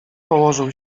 położył